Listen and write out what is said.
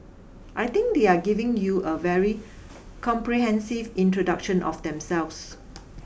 I think they are given you a very comprehensive introduction of themselves